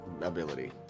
ability